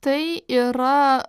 tai yra